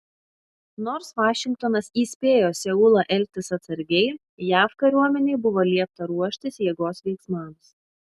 nors vašingtonas įspėjo seulą elgtis atsargiai jav kariuomenei buvo liepta ruoštis jėgos veiksmams